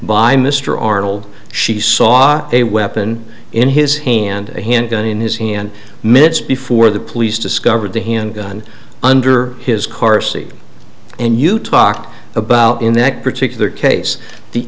by mr arnold she saw a weapon in his hand a handgun in his hand minutes before the police discovered the handgun under his car seat and you talked about in that particular case the